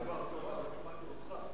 שמעתי דבר תורה, לא שמעתי אותך.